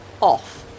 off